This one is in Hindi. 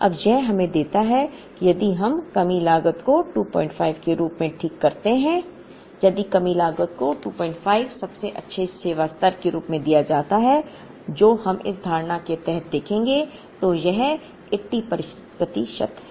अब यह हमें देता है कि यदि हम कमी लागत को 25 के रूप में ठीक करते हैं यदि कमी लागत को 25 सबसे अच्छे सेवा स्तर के रूप में दिया जाता है जो हम इस धारणा के तहत देखेंगे तो यह 80 प्रतिशत है